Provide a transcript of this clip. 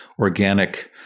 organic